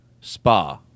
spa